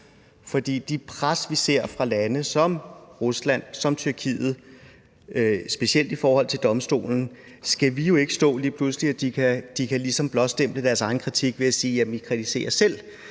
til det pres, vi ser fra lande som Rusland, som Tyrkiet, specielt i forhold til domstolen, skal vi jo ikke stå lige pludselig, så de ligesom kan blåstemple deres egen kritik ved at sige: Jamen I kritiserer selv